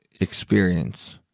experience